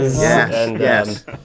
yes